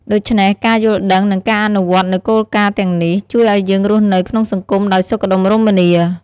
ដូច្នេះ ការយល់ដឹង និងការអនុវត្តនូវគោលការណ៍ទាំងនេះ ជួយឱ្យយើងរស់នៅក្នុងសង្គមដោយសុខដុមរមនា។